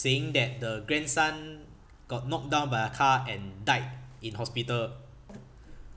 saying that the grandson got knocked down by a car and died in hospital